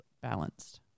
balanced